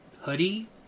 hoodie